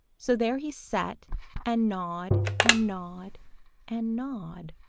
so there he sat and gnawed and gnawed and gnawed.